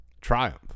triumph